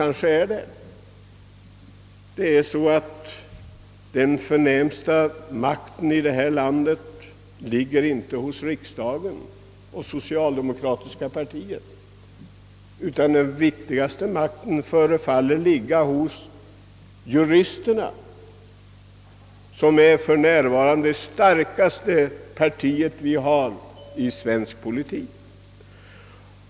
Kanske det är så, eftersom den förnämsta makten i det här landet inte förefaller ligga hos riksdagen och det socialdemokratiska partiet, utan hos juristerna som för närvarande är det starkaste partiet i svensk politik.